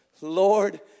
Lord